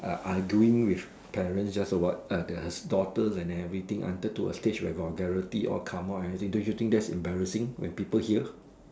uh I doing with parents just about uh their daughter and everything until to a stage where vulgarities all come out don't you think it's embarrassing when people hear